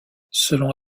selon